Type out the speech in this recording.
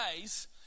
days